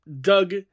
Doug